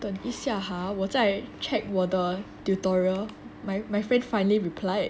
等一下 ah 我再 check 我的 tutorial my my friend finally replied